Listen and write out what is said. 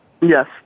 Yes